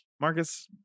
Marcus